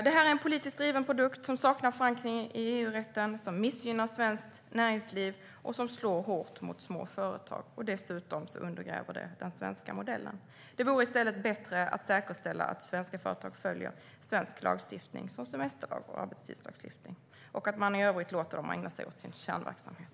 Det är en politiskt driven produkt som saknar förankring i EU-rätten, som missgynnar svenskt näringsliv, som slår hårt mot små företag och som dessutom undergräver den svenska modellen. I stället vore det bättre att säkerställa att svenska företag följer svensk lagstiftning, såsom semesterlagen och arbetstidslagen, och i övrigt låta dem ägna sig åt sin kärnverksamhet.